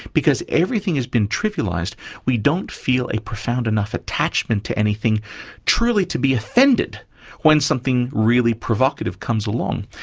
because everything has been trivialised we don't feel a profound enough attachment to anything truly to be offended when something really provocative comes along.